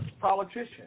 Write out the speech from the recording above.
politician